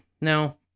no